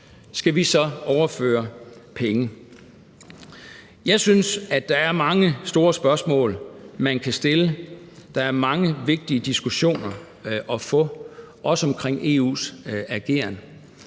som vi beder om i Danmark. Jeg synes, at der er mange store spørgsmål, man kan stille. Der er mange vigtige diskussioner at tage, også omkring EU's ageren.